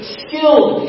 skilled